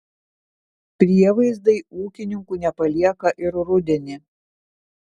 prievaizdai ūkininkų nepalieka ir rudenį